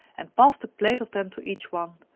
and passed a plate of them to each one.